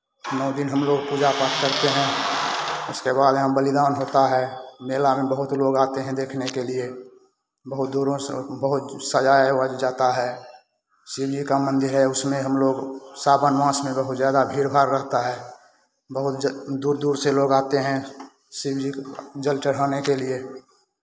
नौ दिन हम लोग पूजा पाठ करते हैं उसके बाद यहाँ बलिदान होता है मेला में बहुत लोग आते हैं देखने के लिए बहुत दूरों से बहुत सजाया वाया जाता है शिव जी का मंदिर है उसमें हम लोग सावन मास में बहुत ज़्यादा भीड़ भाड़ रहता है बहुत दूर दूर से लोग आते हैं शिव जी जल चढ़ाने के लिए